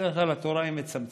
בדרך כלל התורה היא מצמצמת,